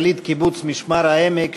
יליד קיבוץ משמר-העמק,